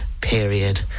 period